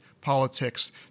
politics